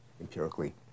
empirically